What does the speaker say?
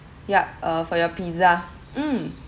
yup uh for your pizza mm